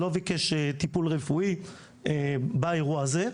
לא ביקש טיפול רפואי באירוע הזה,